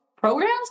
programs